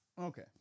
okay